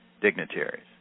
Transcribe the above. dignitaries